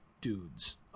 dudes